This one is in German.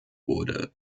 wurde